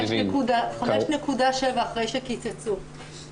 5.7 אחרי שקיצצו.